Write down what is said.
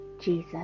Jesus